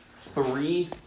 Three